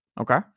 Okay